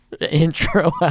intro